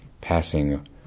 passing